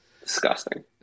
disgusting